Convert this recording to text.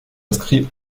inscrit